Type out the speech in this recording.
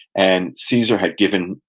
and caesar had given,